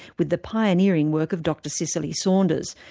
with the pioneering work of dr cicely saunders,